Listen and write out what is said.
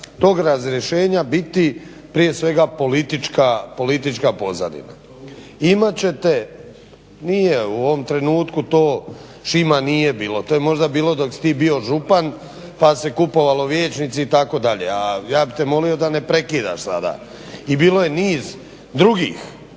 tog razrješenja biti prije svega politička pozadina. Imat ćete nije u ovom trenutku to Šima nije bilo, to je možda bilo dok si ti bio župan pa se su se kupovali vijećnici itd., a ja bih te molio da ne prekidaš sada. i bilo je niz drugih